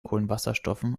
kohlenwasserstoffen